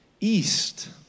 East